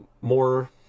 More